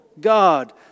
God